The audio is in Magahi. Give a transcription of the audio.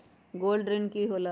गोल्ड ऋण की होला?